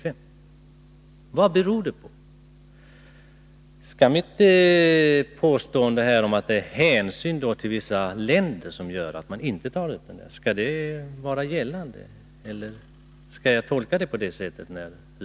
Skall jag tolka utrikesministerns tystnad så, att mitt påstående stämmer, att det är hänsyn till vissa länder som gör att man intetar . Nr 116 upp frågan?